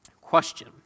Question